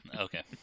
Okay